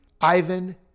Ivan